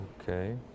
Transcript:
Okay